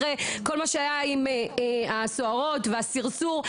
ואחרי כל מה שהיה הסוהרים והסרסור.